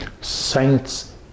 Saints